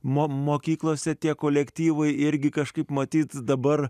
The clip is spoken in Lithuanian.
mokyklose tie kolektyvai irgi kažkaip matyt dabar